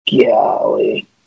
Golly